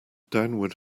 downward